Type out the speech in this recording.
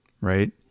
right